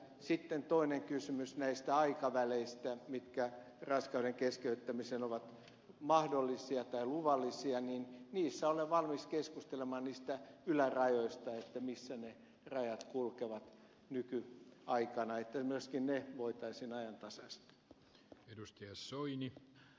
sitten toinen kysymys näistä aikaväleistä mitkä raskauden keskeyttämiseen ovat mahdollisia tai luvallisia niin niiden ylärajoista olen valmis keskustelemaan siitä missä ne rajat kulkevat nykyaikana jotta myöskin ne voitaisiin ajantasaistaa